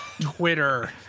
Twitter